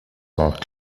are